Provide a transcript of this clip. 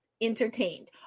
entertained